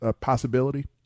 possibility